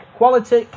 quality